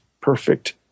perfect